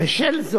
בשל זאת